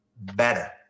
better